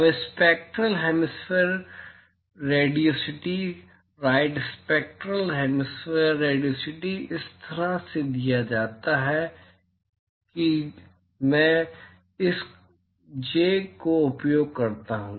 अब spectral hemispherical radiosity right spectral hemispherical radiosity इस तरह से दिया जाता है कि मैं इस जे का उपयोग करता हूं